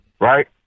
right